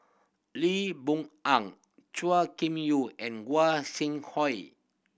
Lee Boon Ang Chua Kim Yew and Gua Sing Hui